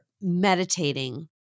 meditating